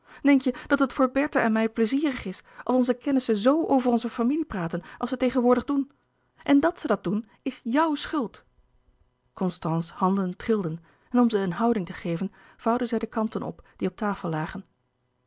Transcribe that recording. denk je dat het voor bertha en mij pleizierig is als onze kennissen z over onze familie praten als ze tegenwoordig doen en dat ze dat doen is jouw schuld constance's louis couperus de boeken der kleine zielen handen trilden en om ze een houding te geven vouwde zij de kanten op die op tafel lagen